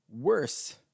worse